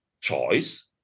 choice